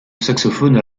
saxophone